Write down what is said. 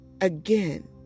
Again